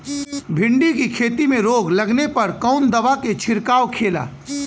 भिंडी की खेती में रोग लगने पर कौन दवा के छिड़काव खेला?